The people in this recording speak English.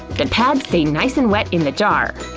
and pads stay nice and wet in the jar,